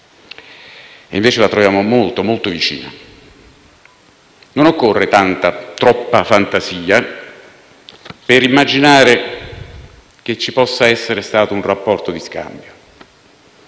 e invece troviamo molto, molto vicina? Non occorre tanta, troppa fantasia per immaginare che ci possa essere stato un rapporto di scambio